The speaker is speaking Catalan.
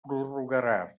prorrogarà